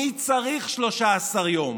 מי צריך 13 יום?